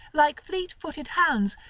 like fleet-footed hounds,